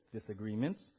disagreements